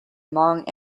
among